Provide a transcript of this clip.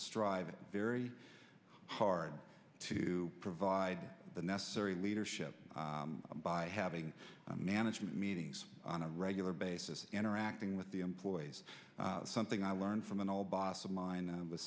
strive very hard to provide the necessary leadership by having management meetings on a regular basis interacting with the employees something i learned from an old boss of mine w